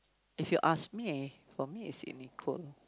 if you ask me for me it's an equal